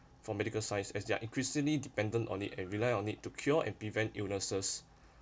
for medical science as their increasingly dependent on it and rely on it to cure and prevent illnesses